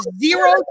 zero